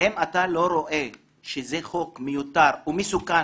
האם אתה לא חושב שזה חוק מיותר ומסוכן,